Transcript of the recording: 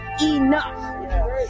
Enough